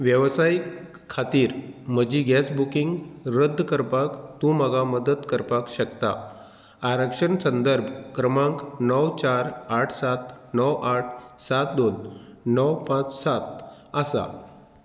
वेवसायीक खातीर म्हजी गॅस बुकींग रद्द करपाक तूं म्हाका मदत करपाक शकता आरक्षण संदर्भ क्रमांक णव चार आठ सात णव आठ सात दोन णव पांच सात आसा